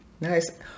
nice